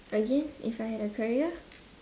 again if I had a career